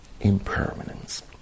impermanence